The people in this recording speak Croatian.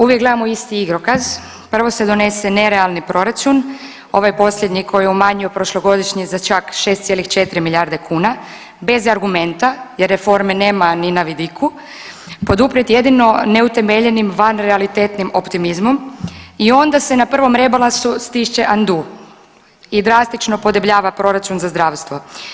Uvijek gledamo isti igrokaz, prvo se donese nerealni proračun, ovo je posljednji koji umanjuje prošlogodišnji za čak 6,4 milijarde kuna bez argumenta jer reforme nema ni na vidiku, poduprijet jedino neutemeljenim vanrealitetnim optimizmom i onda se na prvom rebalansu stišče andu i drastično podebljava proračun za zdravstvo.